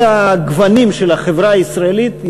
הגוונים של החברה הישראלית,